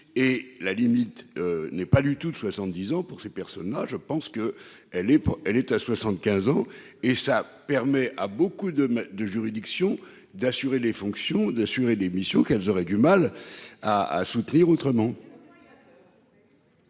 Et la limite n'est pas du tout de 70 ans pour ces personnes-là je pense que elle est, elle est à 75 ans et ça permet à beaucoup de de juridiction d'assurer les fonctions d'assurer des missions qu'elles auraient du mal à à soutenir autrement.